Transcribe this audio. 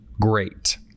great